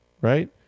right